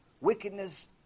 wickedness